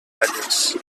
vallès